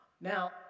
Now